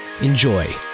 Enjoy